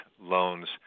loans